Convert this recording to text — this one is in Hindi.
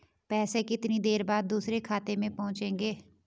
पैसे कितनी देर बाद दूसरे खाते में पहुंचेंगे?